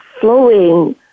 flowing